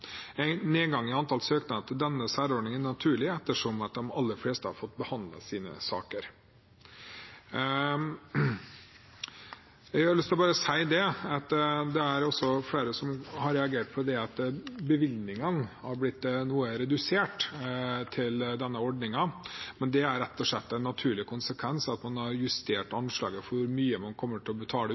i antall søknader etter denne særordningen er naturlig, ettersom de aller fleste har fått behandlet sine saker. Når det er flere som har reagert på at bevilgningene til denne ordningen har blitt noe redusert, har jeg bare lyst til å si at det rett og slett er en naturlig konsekvens av at man har justert anslaget for hvor mye man kommer til å betale